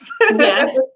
Yes